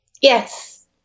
yes